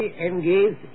engaged